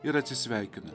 ir atsisveikina